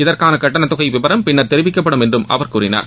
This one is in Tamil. இதற்கான கட்டணத்தொகை விவரம் பின்னர் தெரிவிக்கப்படும் என்றும் அவர் கூறினார்